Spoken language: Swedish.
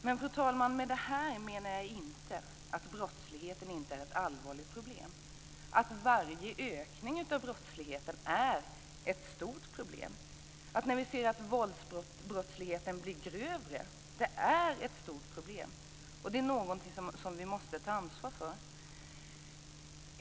Fru talman! Med det här menar jag inte att brottsligheten inte är ett allvarligt problem. Varje ökning av brottsligheten är ett stort problem. Det är ett stort problem när vi ser att våldsbrottsligheten blir grövre. Det är någonting som vi måste ta ansvar för.